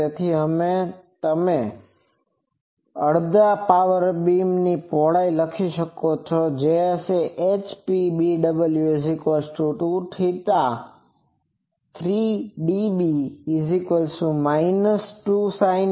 તેથી તમે હવે અડધા પાવર બીમ ની પહોળાઈ લખી શકો છો જે હશે HPBW23db2sin 10